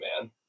man